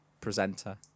presenter